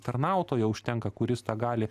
tarnautojo užtenka kuris tą gali